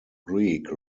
greek